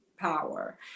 power